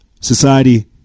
Society